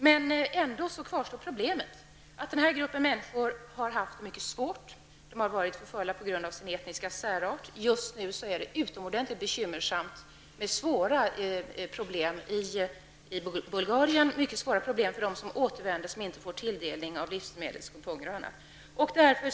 Men ändå kvarstår problemet att denna grupp människor har haft det svårt, och de har varit förföljda på grund av sin etniska särart. Just nu är det utomordentligt bekymmersamt med svåra problem i Bulgarien. Det blir mycket svåra problem för dem som återvänder. De får inte tilldelning av livsmedelskuponger osv.